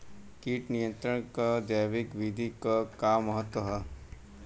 कीट नियंत्रण क जैविक विधि क का महत्व ह?